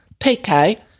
PK